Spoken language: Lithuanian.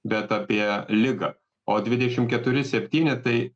bet apie ligą o dvidešim keturi septyni tai